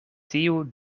tiu